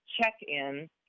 check-in